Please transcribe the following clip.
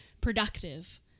productive